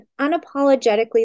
unapologetically